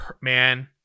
man